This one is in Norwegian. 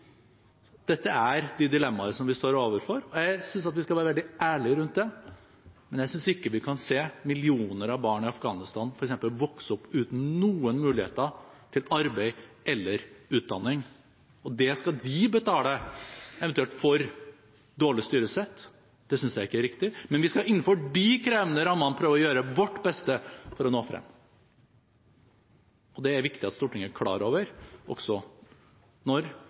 Dette er det dilemmaet som vi står overfor, og jeg synes at vi skal være veldig ærlige rundt det. Jeg synes ikke vi kan se millioner av barn i Afghanistan f.eks. vokse opp uten noen muligheter til arbeid eller utdanning, og at de skal betale for dårlig styresett. Det synes jeg ikke er riktig. Vi skal innenfor de krevende rammene prøve å gjøre vårt beste for å nå frem, og det er det viktig at Stortinget er klar over også når